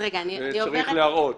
זה משהו שצריך להראות.